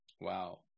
Wow